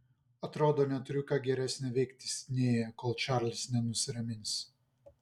atrodo neturiu ką geresnio veikti sidnėjuje kol čarlis nenusiramins